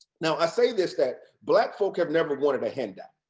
now i say this that, black folk have never wanted a handout.